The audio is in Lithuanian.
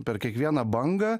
per kiekvieną bangą